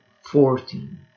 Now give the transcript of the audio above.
fourteen